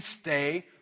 stay